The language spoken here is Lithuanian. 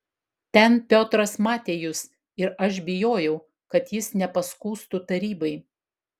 ten piotras matė jus ir aš bijojau kad jis nepaskųstų tarybai